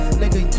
nigga